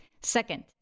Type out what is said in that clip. Second